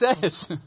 says